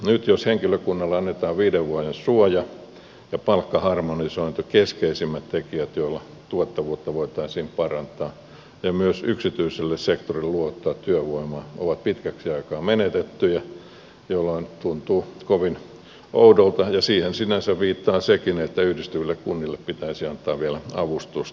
nyt jos henkilökunnalle annetaan viiden vuoden suoja ja palkkaharmonisointi keskeisimmät tekijät joilla tuottavuutta voitaisiin parantaa ja myös yksityiselle sektorille luovuttaa työvoimaa ovat pitkäksi aika menetettyjä jolloin tuntuu kovin oudolta ja siihen sinänsä viittaa sekin että yhdistyville kunnille pitäisi antaa vielä avustusta